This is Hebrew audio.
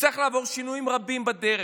יצטרך לעבור שינויים רבים בדרך.